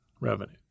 revenue